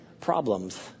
problems